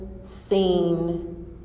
seen